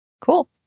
Cool